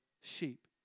sheep